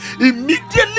immediately